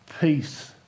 Peace